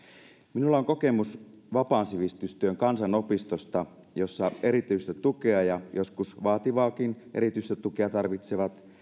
minulla on kokemus vapaan sivistystyön kansanopistosta jossa erityistä tukea ja joskus vaativaakin erityistä tukea tarvitsevat